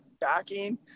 backing